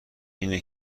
اینه